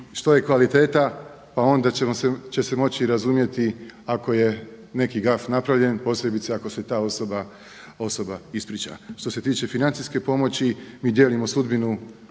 što je kvaliteta pa onda će se moći razumjeti ako je neki gaf napravljen, posebice ako se ta osoba ispriča. Što se tiče financijske pomoći, mi dijelimo sudbinu